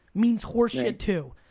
means horse shit too.